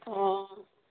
অঁ